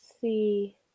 see